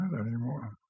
anymore